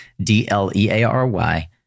D-L-E-A-R-Y